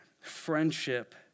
friendship